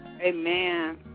Amen